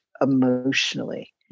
emotionally